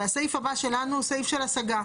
הרי הסעיף הבא שלנו הוא סעיף של השגה.